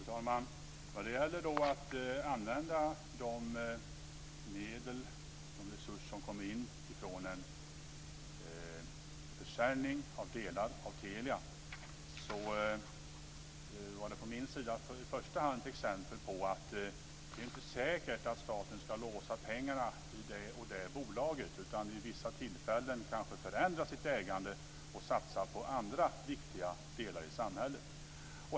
Fru talman! Vad gäller de medel som kommer in från en försäljning av delar av Telia var detta från min sida ett exempel på att det inte är säkert att staten ska låsa pengarna i det eller det bolaget utan vid vissa tillfällen förändra sitt ägande och satsa på andra viktiga delar i samhället.